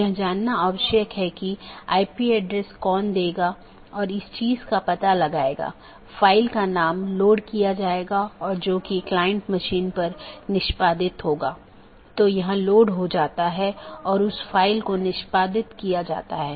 इसका मतलब है कि BGP का एक लक्ष्य पारगमन ट्रैफिक की मात्रा को कम करना है जिसका अर्थ है कि यह न तो AS उत्पन्न कर रहा है और न ही AS में समाप्त हो रहा है लेकिन यह इस AS के क्षेत्र से गुजर रहा है